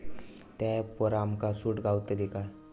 त्या ऍपवर आमका सूट गावतली काय?